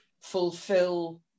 fulfill